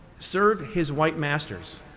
serve his white masters,